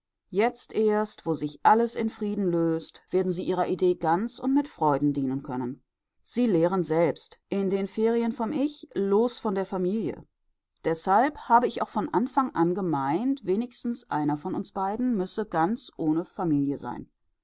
jetzt erst wo sich alles in frieden löst werden sie ihrer idee ganz und mit freuden dienen können sie lehren selbst in den ferien vom ich los von der familie deshalb habe ich auch von anfang an gemeint wenigstens einer von uns beiden müsse ganz ohne familie sein